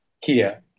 Kia